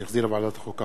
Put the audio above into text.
שהחזירה ועדת החוקה,